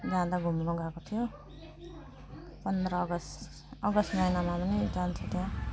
जाँदा घुम्नु गएको थियो पन्ध्र अगस्ट अगस्ट महिनामा पनि जान्थ्यो त्यहाँ